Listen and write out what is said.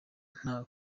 nta